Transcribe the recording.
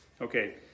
Okay